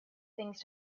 things